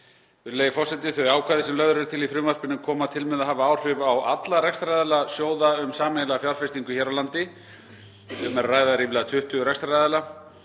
Virðulegi forseti. Þau ákvæði sem lögð eru til í frumvarpinu koma til með að hafa áhrif á alla rekstraraðila sjóða um sameiginlega fjárfestingu hér á landi. Um er að ræða ríflega 20 rekstraraðila.